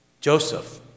Joseph